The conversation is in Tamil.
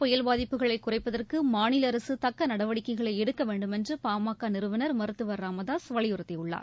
புயல் கஐா பாதிப்புகளைகுறைப்பதற்குமாநிலஅரசுதக்கநடவடிக்கைகளைஎடுக்கவேண்டுமென்றுபாமகநிறுவனா் மருத்துவர் ச ராமதாசுவலியுறுத்தியுள்ளார்